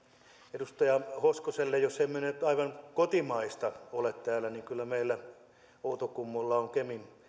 edustaja hoskoselle jos emme nyt aivan kotimaista ole täällä niin kyllä meillä outokummulla on kemin